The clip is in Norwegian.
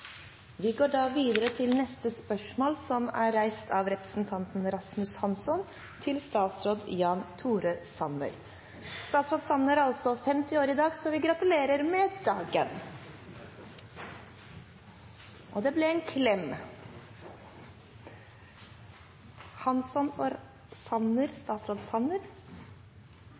Vi går videre til neste spørsmål, fra representanten Rasmus Hansson til statsråd Jan Tore Sanner. Statsråd Sanner er 50 år i dag – vi gratulerer med dagen! Det er jo en